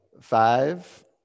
five